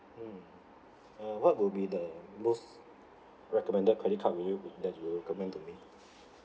mm uh what will be the most recommended credit card will you uh that you will recommend to me